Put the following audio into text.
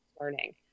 learning